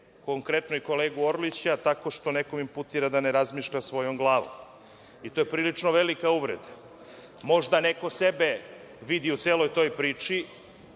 konkretno i kolegu Orlića, tako što neko nekome inputira da ne razmišlja svojom glavom. To je prilično velika uvreda. Možda neko sebe vidi u celoj toj priči,